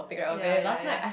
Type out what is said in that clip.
ya ya ya